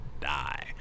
die